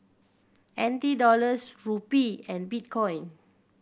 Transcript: N T Dollars Rupee and Bitcoin